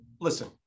Listen